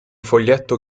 foglietto